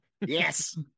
Yes